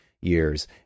years